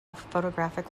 photographic